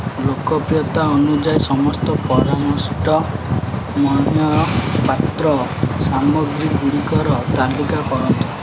ଲୋକପ୍ରିୟତା ଅନୁଯାୟୀ ସମସ୍ତ ପରାମୃଷ୍ଟ ମୃଣ୍ମୟ ପାତ୍ର ସାମଗ୍ରୀ ଗୁଡ଼ିକର ତାଲିକା କରନ୍ତୁ